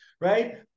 right